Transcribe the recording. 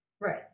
right